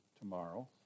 tomorrow